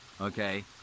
Okay